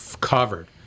covered